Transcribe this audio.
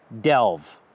Delve